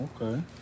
Okay